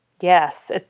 Yes